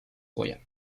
royale